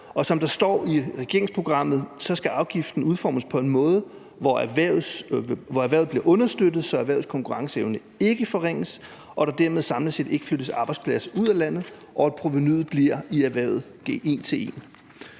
som der står i regeringsprogrammet, skal afgiften udformes på en måde, hvor erhvervet bliver understøttet, så erhvervets konkurrenceevne ikke forringes og der dermed samlet set ikke flyttes arbejdspladser ud af landet, og at provenuet bliver i erhvervet en